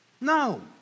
No